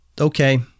okay